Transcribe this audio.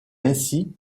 ainsi